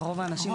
את רוב האנשים.